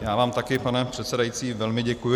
Já vám taky, pane předsedající, velmi děkuji.